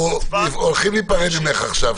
אנחנו הולכים להיפרד ממך עכשיו.